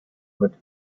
mit